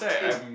aim